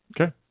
Okay